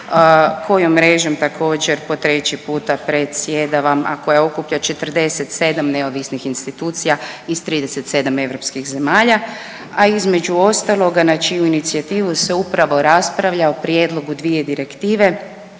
kojom mrežom također, po 3. puta predsjedavam, a koja okuplja 47 neovisnih institucija iz 37 europskih zemalja, a između ostaloga, na čiju inicijativu se upravo raspravlja o prijedlogu 2 direktive,